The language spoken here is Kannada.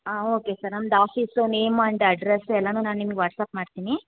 ಹಾಂ ಓಕೆ ಸರ್ ನಮ್ದು ಆಫೀಸು ನೇಮ್ ಆ್ಯಂಡ್ ಅಡ್ರೆಸ್ಸ್ ಎಲ್ಲಾ ನಾ ನಿಮ್ಗೆ ವಾಟ್ಸ್ಆ್ಯಪ್ ಮಾಡ್ತೀನಿ